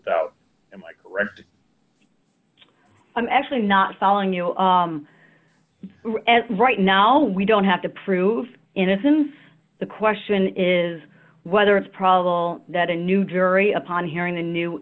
doubt am i correct i'm actually not following you as of right now we don't have to prove innocence the question is whether it's probable that a new jury upon hearing the new